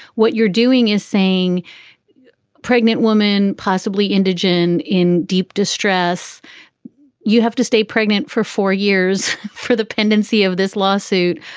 what you're doing is saying pregnant woman, possibly indigent in deep distress you have to stay pregnant for four years for the pendency of this lawsuit.